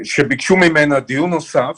כאשר ביקשו ממנה דיון נוסף,